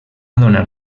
donar